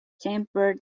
tempered